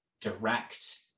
direct